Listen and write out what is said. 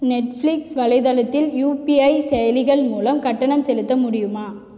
Netflix வலைத்தளத்தில் UPI செயலிகள் மூலம் கட்டணம் செலுத்த முடியுமா